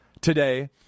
today